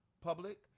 public